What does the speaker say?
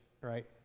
right